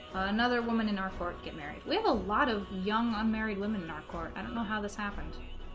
another woman in our fort get married we have a lot of young unmarried women in our court i don't know how this happened